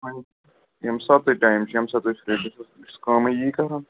ییٚمہِ ساتہٕ تۅہہِ ٹایم چھُو ییٚمہِ ساتہٕ تۅہہِ فرٛی چھِوٕ بہٕ چھُس کٲمٕے یی کَران